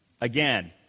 Again